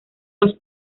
los